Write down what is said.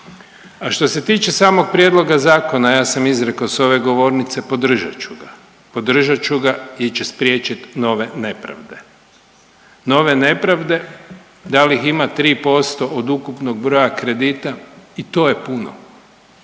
A što se tiče samog prijedloga zakona ja sam izrekao s ove govornice podržat ću ga, podržat ću ga jer će spriječit nove nepravde, nove nepravde. Da li ih ima 3% od ukupnog broja kredita? I to je puno